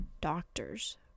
doctors